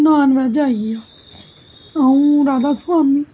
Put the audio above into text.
नानॅबेज आई गेआ अऊं राधास्बामी